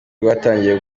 rwatangiye